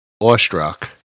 awestruck